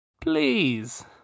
please